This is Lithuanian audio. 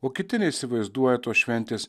o kiti neįsivaizduoja tos šventės